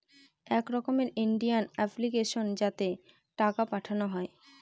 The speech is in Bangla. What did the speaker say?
এক রকমের ইন্ডিয়ান অ্যাপ্লিকেশন যাতে টাকা পাঠানো হয়